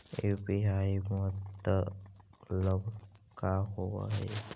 UPI मतलब का होब हइ?